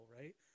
right